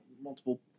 Multiple